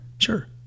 sure